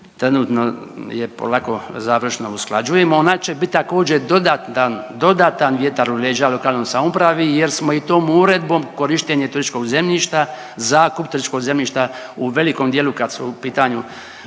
trenutno je polako završno usklađujemo, ona će bit također dodatan, dodatan vjetar u leđa lokalnoj samoupravi jer smo i tom uredbom korištenje turističkog zemljišta, zakup turističkog zemljišta u velikom dijelu kad su u pitanju